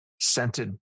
scented